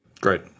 Great